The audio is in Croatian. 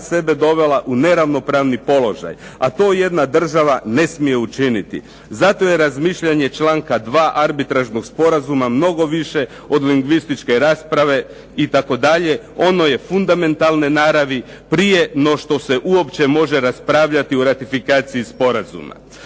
sebe dovela u neravnopravni položaj. A to jedna država ne smije učiniti. Zato je razmišljanje članka 2. arbitražnog sporazuma mnogo više od lingvističke rasprave itd., ono je fundamentalne naravi, prije no što se uopće može raspravljati o ratifikaciji sporazuma.